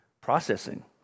processing